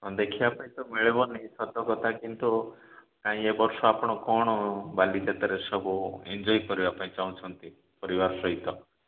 ହଁ ଦେଖିବା ପାଇଁ ତ ମିଳିବନି ସତ କଥା କିନ୍ତୁ ନାଇଁ ଏବର୍ଷ ଆପଣ କ'ଣ ବାଲିଯାତ୍ରାରେ ସବୁ ଏନଜୟ କରିବା ପାଇଁ ଚାହୁଁଛନ୍ତି ପରିବାର ସହିତ